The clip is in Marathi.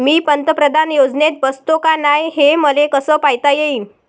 मी पंतप्रधान योजनेत बसतो का नाय, हे मले कस पायता येईन?